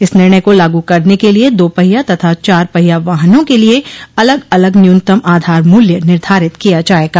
इस निर्णय को लागू करने के लिये दो पहिया तथा चार पहिया वाहनों के लिये अलग अलग न्यूनतम आधार मूल्य निर्धारित किया जायेगा